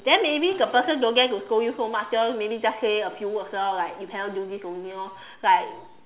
then maybe the person don't dare to scold you so much lor just maybe just say a few words lor like you cannot do this only lor like